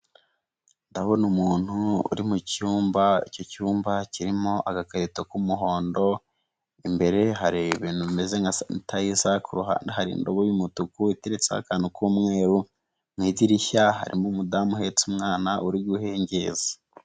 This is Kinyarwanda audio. Ndabona umuntu uri mu cyumba, icyo cyumba kirimo agakarito k'umuhondo, imbere hari ibintu bimeze nka sanitayiza, ku ruhande hari indobo y'umutuku iteretseho akantu k'umweru mu idirishya harimo umudamu uhetse umwana uri guhengeza.